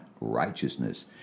righteousness